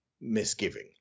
misgiving